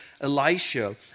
Elisha